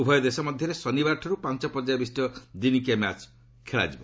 ଉଭୟ ଦେଶ ମଧ୍ୟରେ ଶନିବାରଠାରୁ ପାଞ୍ଚ ପର୍ଯ୍ୟାୟ ବିଶିଷ୍ଟ ଦିନିକିଆ ମ୍ୟାଚ୍ ଖେଳାଯିବ